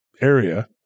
area